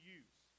use